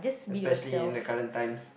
especially in the current times